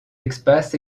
espaces